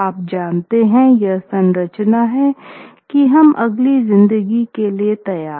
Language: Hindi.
आप जानते हैं यह संरचना है की हम अगली ज़िन्दगी लिए तैयार